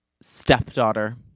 stepdaughter